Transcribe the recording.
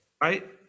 Right